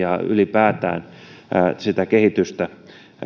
ylipäätään parantamaan kehitystä